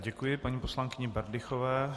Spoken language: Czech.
Děkuji paní poslankyni Berdychové.